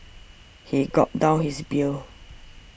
he gulped down his beer